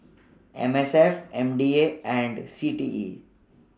M S F M D A and C T E